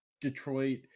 Detroit